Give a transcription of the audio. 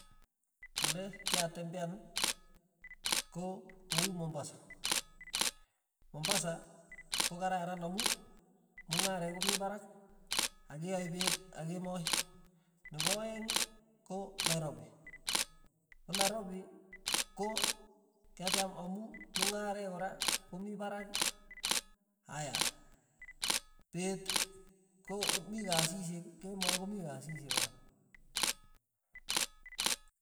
`ole kyatembean ko kou mombasa, mombasa kokararan amu mong'aree kopi parak, akeyae peet ak kemoi, nepo aeng ko nairopi, ko naropi ko kyacham amu mong'aree kora komii parak, aya peet komii kasihek kemoi komii kasishek kora.